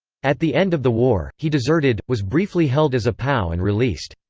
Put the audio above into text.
at the end of the war, he deserted, was briefly held as a pow and released.